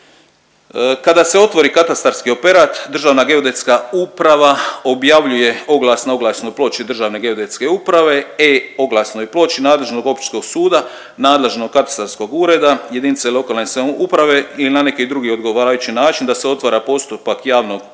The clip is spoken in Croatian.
Kada se otvori katastarski operat Državna geodetska uprava objavljuje oglas na oglasnoj ploči Državne geodetske uprave, e-oglasnoj ploči nadležnog Općinskog suda, nadležnog katastarskog ureda, jedinice lokalne samouprave ili na neki drugi odgovarajući način da se otvara postupak javnog uvida